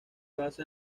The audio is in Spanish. basa